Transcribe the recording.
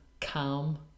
calm